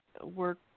work